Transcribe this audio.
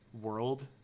world